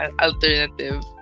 alternative